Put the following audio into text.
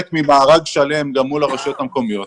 ממארג שלם גם מול הרשויות המקומיות.